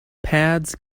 pads